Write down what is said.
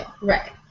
Right